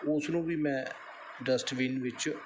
ਉਸ ਨੂੰ ਵੀ ਮੈਂ ਡਸਟਬੀਨ ਵਿੱਚ